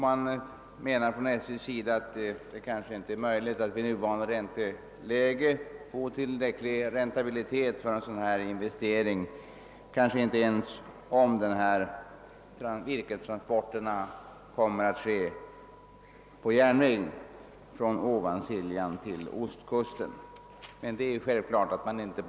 Man menar på SJ att det i nuvarande ränteläge kanske inte går att få en tillfredsställande räntabilitet på en sådan investering, inte ens om virkestransporterna från Ovansiljan till ostkusten kommer att ske på järnväg.